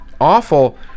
awful